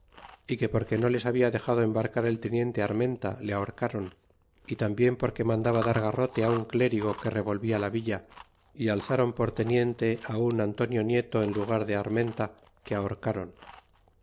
y que porque no les habla dexado embarcar el teniente armenia le ahorcron y tambien porque mandaba dar garrote un clérigo que revolvia la villa y alzron por teniente antonio nieto en lugar de la armenia que ahorcron